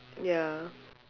ya